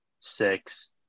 six